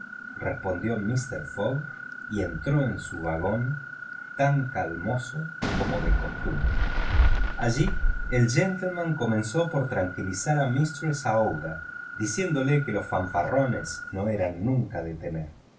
respondió mister fogg y entró en su vagón tan calmoso como de costumbre allí el gentleman comenzó por tranquilizar a mistress aouida diciéndole que los fanfarrones no eran nunca